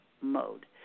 mode